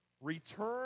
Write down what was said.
Return